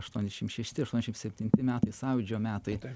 aštuoniasdešim šešti aštuoniasdešim septinti metai sąjūdžio metai